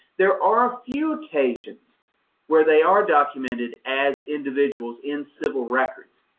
there are a few occasions where they are documented as individuals in civil records.